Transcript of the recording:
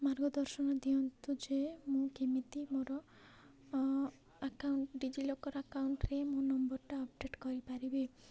ମାର୍ଗଦର୍ଶନ ଦିଅନ୍ତୁ ଯେ ମୁଁ କେମିତି ମୋର ଆକାଉଣ୍ଟ୍ ଡିଜିିଲକର୍ ଆକାଉଣ୍ଟ୍ରେ ମୋ ନମ୍ବର୍ଟା ଅପ୍ଡେଟ୍ କରିପାରିବି